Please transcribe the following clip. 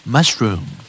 Mushroom